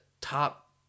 top